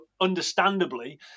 understandably